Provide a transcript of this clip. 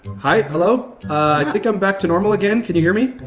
hi? hello? i think i'm back to normal again. can you hear me?